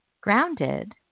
Grounded